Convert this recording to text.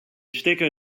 stecker